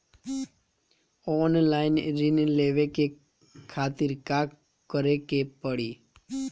Online ऋण लेवे के खातिर का करे के पड़ी?